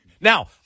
Now